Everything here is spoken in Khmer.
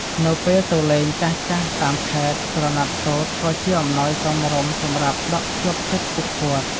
នៅពេលទៅ លេងចាស់ៗតាមខេត្ត ក្រណាត់សូត្រក៏ជាអំណោយសមរម្យសម្រាប់ដក់ជាប់ចិត្តពួកគាត់។